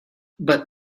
but